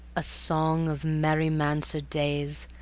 a song of merry mansard days,